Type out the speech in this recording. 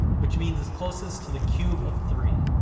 which means it's closest to the cube of three.